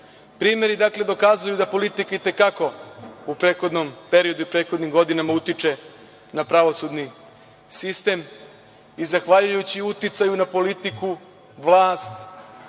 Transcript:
RS.Primeri dokazuju da politika itekako u prethodnom periodu i prethodnim godinama utiče na pravosudni sistem i zahvaljujući uticaju na politiku vlast